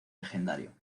legendario